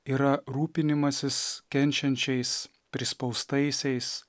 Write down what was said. yra rūpinimasis kenčiančiais prispaustaisiais